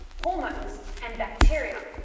hormones and bacteria.